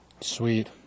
Sweet